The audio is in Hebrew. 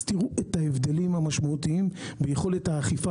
תראו את ההבדלים המשמעותיים ביכולת האכיפה